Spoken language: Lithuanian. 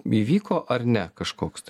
įvyko ar ne kažkoks tai